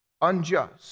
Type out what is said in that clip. unjust